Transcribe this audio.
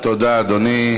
תודה, אדוני.